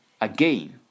again